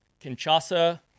Kinshasa